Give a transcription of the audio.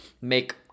make